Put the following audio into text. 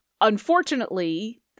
Unfortunately